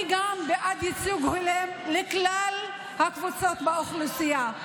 גם אני בעד ייצוג הולם לכלל הקבוצות באוכלוסייה,